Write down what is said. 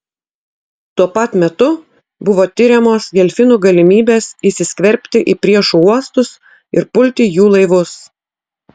tuo pat metu buvo tiriamos delfinų galimybės įsiskverbti į priešų uostus ir pulti jų laivus